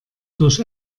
durch